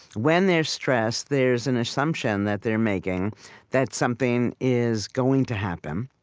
when there's stress, there's an assumption that they're making that something is going to happen,